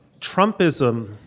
Trumpism